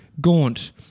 Gaunt